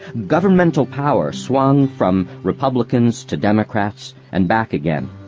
governmental power swung from republicans to democrats and back again,